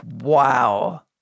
Wow